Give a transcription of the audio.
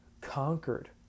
conquered